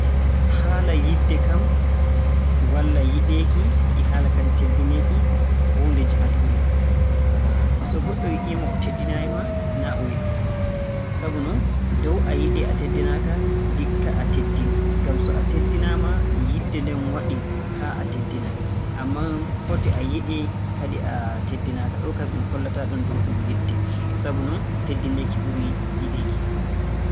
Haala yiɗde kam walla yiɗeeki e kadi haala teddineeki, ko huunde jahdoore. So goɗɗo yiɗii ma o teddinaayi ma, naa o yiɗe. Sabu non dow a yiɗee a teddinaaka, ndikka a teddinee. Ngam so a teddinaama, yiɗde nden waɗi haa a teddinaa. Ammaa foti a yiɗee kadi a teddinaaka. Ɗo'o kam en kollataa-ɗum dow ɗum yiɗde. Sabu non teddineeki ɓurii yiɗeeki.